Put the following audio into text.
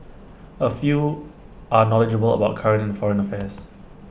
A few are knowledgeable about current and foreign affairs